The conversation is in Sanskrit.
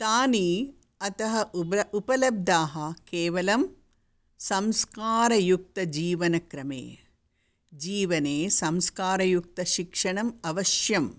तानि अतः उपलब्धाः केवलं संस्कारयुक्तजीवनक्रमे जीवने संस्कारयुक्तशिक्षणम् अवश्यं